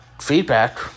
Feedback